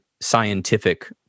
scientific